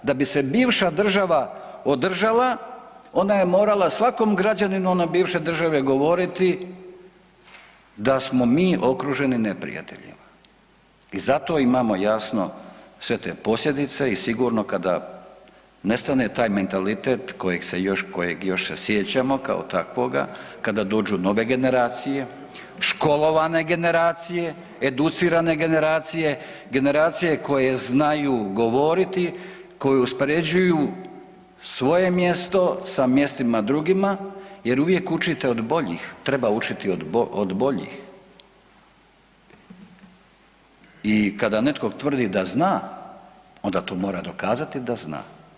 Da bi se bivša država održala ona je morala svakom građaninu one bivše države govoriti da smo mi okruženi neprijateljem i zato imamo jasno sve te posljedice i sigurno kada nestane taj mentalitet kojeg još se sjećamo kao takvoga, kada dođu nove generacije, školovane generacije, educirane generacije, generacije koje znaju govoriti, koji uspoređuju svoje mjesto sa mjestima drugima jer uvijek učite od boljih, treba učiti od boljih i kada netko tvrdi da zna onda to mora dokazati da zna.